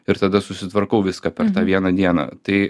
ir tada susitvarkau viską per vieną dieną tai